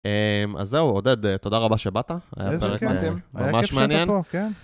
אז זהו, עודד, תודה רבה שבאת, היה פרק ממש מעניין.